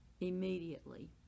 immediately